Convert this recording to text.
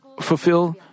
fulfill